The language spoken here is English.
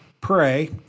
pray